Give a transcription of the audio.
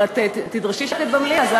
אבל תדרשי שקט במליאה.